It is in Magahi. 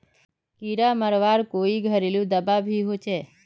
कीड़ा मरवार कोई घरेलू दाबा भी होचए?